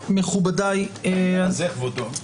על זה כבודו.